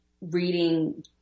reading